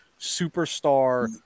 superstar